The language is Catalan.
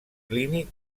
clínic